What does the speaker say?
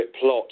plot